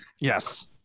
Yes